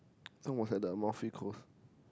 Ann was at the close